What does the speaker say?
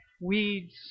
weeds